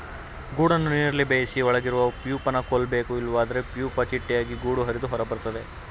ಗೂಡನ್ನು ನೀರಲ್ಲಿ ಬೇಯಿಸಿ ಒಳಗಿರುವ ಪ್ಯೂಪನ ಕೊಲ್ಬೇಕು ಇಲ್ವಾದ್ರೆ ಪ್ಯೂಪ ಚಿಟ್ಟೆಯಾಗಿ ಗೂಡು ಹರಿದು ಹೊರಬರ್ತದೆ